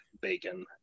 bacon